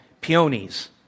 peonies